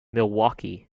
milwaukee